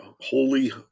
holy